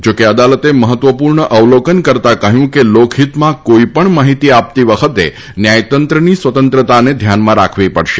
જોકે અદાલતે મહત્વપૂર્ણ અવલોકન કરતાં કહ્યું છે કે લોકહિતમાં કોઈપણ માહિતી આપતી વખતે ન્યાયતંત્રની સ્વતંત્રતાને ધ્યાનમાં રાખવી પડશે